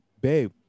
babe